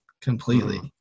completely